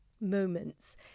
moments